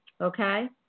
Okay